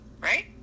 right